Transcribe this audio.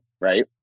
right